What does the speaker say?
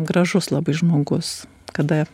gražus labai žmogus kada